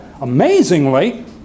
amazingly